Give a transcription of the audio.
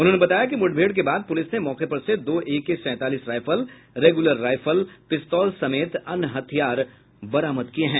उन्होंने बताया कि मुठभेड़ के बाद पुलिस ने मौके पर से दो एके सैंतालीस राइफल रेगुलर राइफल पिस्तौल समेत अन्य हथियार बरामद किए हैं